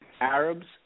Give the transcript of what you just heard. Arabs